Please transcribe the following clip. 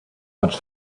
much